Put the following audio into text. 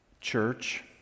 Church